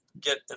get